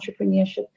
entrepreneurship